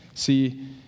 See